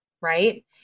right